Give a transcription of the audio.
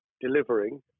delivering